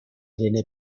irene